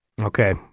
Okay